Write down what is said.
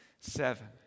seven